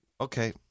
Okay